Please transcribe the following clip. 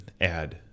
add